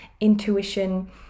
intuition